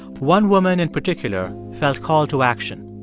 one woman in particular felt called to action.